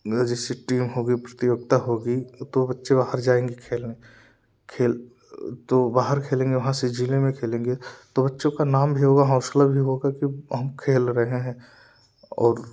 जैसे टीम हो गया प्रतियोगता होगी तो बच्चे बाहर जाएँगे खेलने खेल तो बाहर खेलेंगे वहाँ से जिले में खेलेंगे तो बच्चों का नाम भी होगा हौसला भी होगा कि हम खेल रहे है और